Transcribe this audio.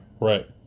Right